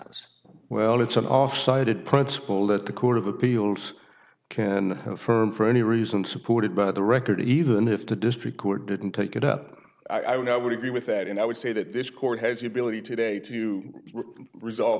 it's well it's an offside it principle that the court of appeals can affirm for any reason supported by the record even if the district court didn't take it up i would i would agree with that and i would say that this court has the ability today to resolve